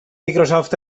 microsoft